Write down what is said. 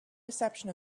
reception